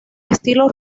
estilo